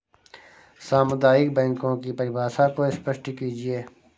सामुदायिक बैंकों की परिभाषा को स्पष्ट कीजिए?